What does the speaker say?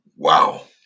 Wow